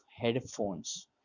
headphones